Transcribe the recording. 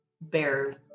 bear